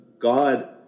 God